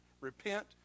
Repent